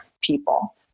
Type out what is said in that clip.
people